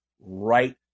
right